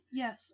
yes